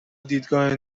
دیدگاه